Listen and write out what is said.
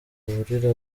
hahurira